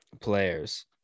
players